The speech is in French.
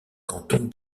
canton